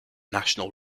national